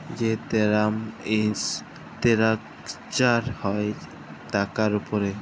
যে term structure হ্যয় টাকার উপরে